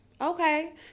Okay